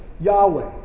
Yahweh